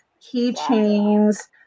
keychains